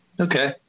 Okay